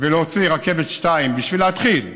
ולהוציא רכבת או שתיים בשביל להתחיל,